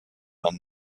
man